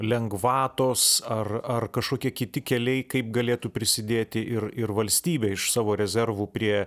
lengvatos ar ar kažkokie kiti keliai kaip galėtų prisidėti ir ir valstybė iš savo rezervų prie